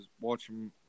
watching